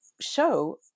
show